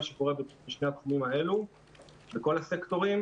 שקורה בשני התחומים האלו בכל הסקטורים,